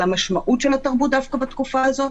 על המשמעות של התרבות דווקא בתקופה הזאת?